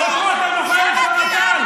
מנסור עבאס.